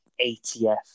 ATF